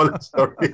sorry